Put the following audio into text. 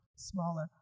smaller